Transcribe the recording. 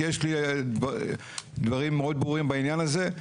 יש לי דברים מאוד ברורים בעניין הזה,